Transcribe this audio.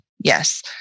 yes